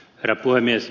herra puhemies